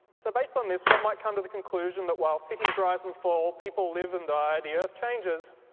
so, based on this one might come to the conclusion that while cities rise and fall, people live and die, the earth changes,